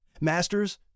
Masters